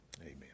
Amen